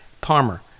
Palmer